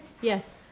Yes